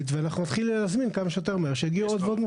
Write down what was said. ואנחנו נתחיל להזמין כמה שיותר מהר שיגיעו עוד ועוד מכונות.